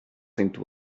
into